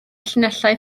llinellau